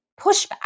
pushback